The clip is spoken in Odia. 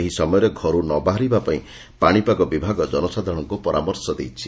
ଏହି ସମୟରେ ଘରୁ ନ ବାହାରିବା ପାଇଁ ପାଶିପାଗ ବିଭାଗ ଜନସାଧାରଶଙ୍କୁ ପରାମର୍ଶ ଦେଇଛି